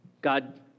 God